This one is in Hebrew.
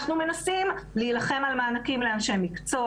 אנחנו מנסים להילחם על מענקים לאנשי מקצוע.